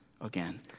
again